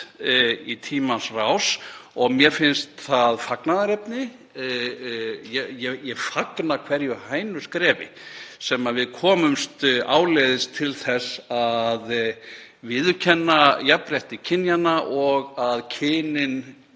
í tímans rás og mér finnst það fagnaðarefni. Ég fagna hverju hænuskrefi sem við komumst áleiðis til þess að viðurkenna jafnrétti kynjanna og að kynin